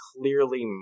clearly